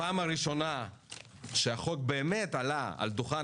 הפעם הראשונה שהחוק באמת עלה על דוכן